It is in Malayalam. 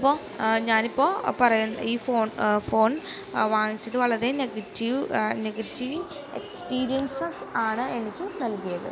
അപ്പോള് ഞാനിപ്പോള് പറയാം ഈ ഫോൺ ഫോൺ വാങ്ങിച്ചത് വളരെ നെഗറ്റീവ് നെഗറ്റീവ് എക്സ്പീരിയൻസ് ആണ് എനിക്ക് നൽകിയത്